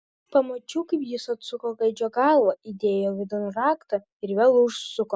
pamačiau kaip jis atsuko gaidžio galvą įdėjo vidun raktą ir vėl užsuko